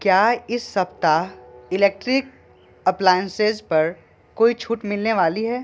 क्या इस सप्ताह इलेक्ट्रिक एप्लायंसेस पर कोई छूट मिलने वाली है